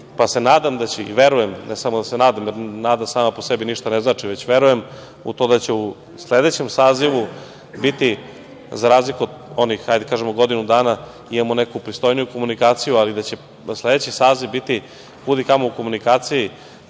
pa se nadam i verujem, i ne samo da se nadam, nada sama po sebi ništa ne znači, već verujem u to da će u sledećem sazivu biti za razliku od onih, da kažemo godinu dana imamo neku pristojniju komunikaciju, ali da će sledeći saziv biti u komunikaciji